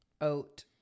oat